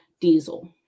diesel